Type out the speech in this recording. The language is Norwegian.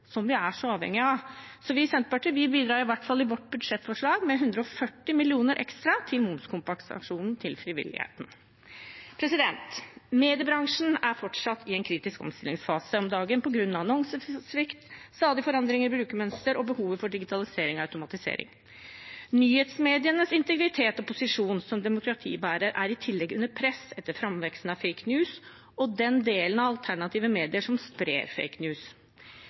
som vi er så avhengige av. Vi i Senterpartiet bidrar i hvert fall i vårt budsjettforslag med 140 mill. kr ekstra til momskompensasjon til frivilligheten. Mediebransjen er fortsatt i en kritisk omstillingsfase om dagen på grunn av annonsesvikt, stadige forandringer i brukermønsteret og behovet for digitalisering og automatisering. Nyhetsmedienes integritet og posisjon som demokratibærere er i tillegg under press etter framveksten av «fake news» og den delen av alternative medier som sprer «fake news».